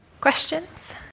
Questions